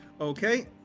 Okay